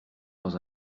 dans